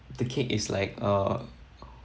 the cake is like uh